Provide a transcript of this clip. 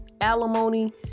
alimony